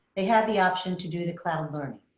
they have the option to do the cloud learning.